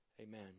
Amen